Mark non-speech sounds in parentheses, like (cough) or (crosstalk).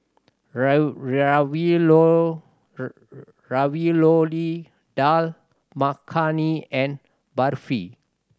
(unintelligible) Ravioli Dal Makhani and Barfi